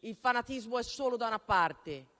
Il fanatismo è solo da una parte.